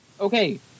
Okay